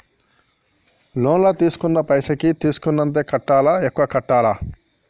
Loan లా తీస్కున్న పైసల్ కి తీస్కున్నంతనే కట్టాలా? ఎక్కువ కట్టాలా?